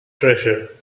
treasure